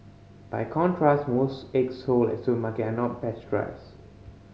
by contrast most eggs sold at supermarket are not pasteurised